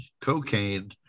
cocaine